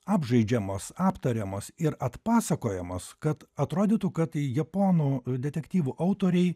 apžaidžiamos aptariamos ir atpasakojamos kad atrodytų kad japonų detektyvų autoriai